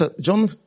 John